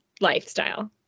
lifestyle